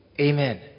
Amen